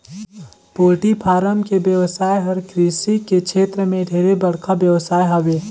poultry farm के बेवसाय हर कृषि के छेत्र में ढेरे बड़खा बेवसाय हवे